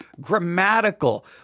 Grammatical